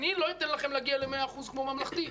אני לא אתן לכם להגיע ל-100% כמו ממלכתי,